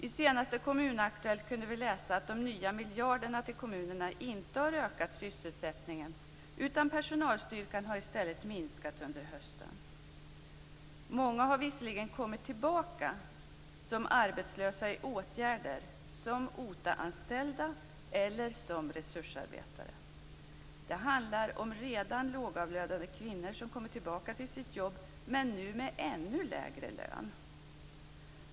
I senaste Kommunaktuellt kunde vi läsa att de nya miljarderna till kommunerna inte har ökat sysselsättningen, utan personalstyrkan har i stället minskat under hösten. Många har visserligen kommit tillbaka som arbetslösa i åtgärder, som OTA-anställda eller som resursarbetare. Det handlar om redan lågavlönade kvinnor som kommer tillbaka till sitt jobb, men nu med ännu lägre lön.